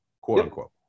quote-unquote